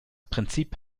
prinzip